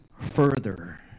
further